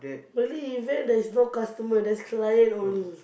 rarely event there is no customer there's client only